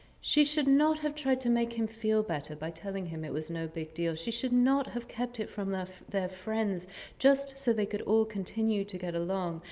she should not have tried to make him feel better by telling him it was no big deal. she should not have kept it from their friends just so they could all continue to get along.